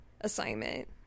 assignment